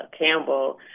Campbell